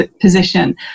position